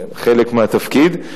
חלק מהתפקיד.